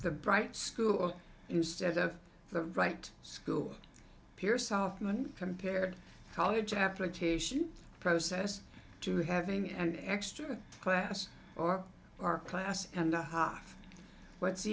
the bright school instead of the right school pierce outman compared college application process to having an extra class or our class and a half what's